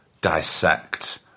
dissect